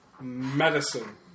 medicine